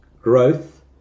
growth